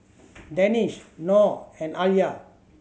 Danish Noh and Alya